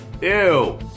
Ew